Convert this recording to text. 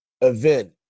event